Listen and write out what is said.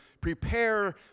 prepare